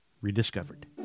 rediscovered